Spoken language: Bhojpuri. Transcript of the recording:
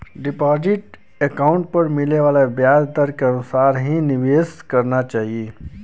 डिपाजिट अकाउंट पर मिले वाले ब्याज दर के अनुसार ही निवेश करना चाही